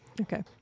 okay